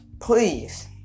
please